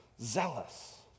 Zealous